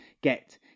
get